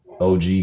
og